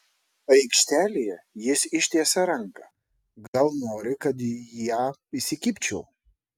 aikštelėje jis ištiesia ranką gal nori kad į ją įsikibčiau